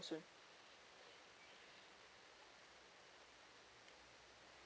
soon